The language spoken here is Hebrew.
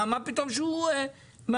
למה שהוא ייעלם?